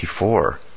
1984